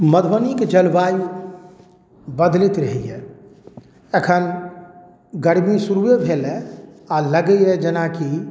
मधुबनीके जलवायु बदलति रहैए एखन गरमी शुरूए भेल हँ आओर लगैए जेनाकि